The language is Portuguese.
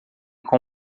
com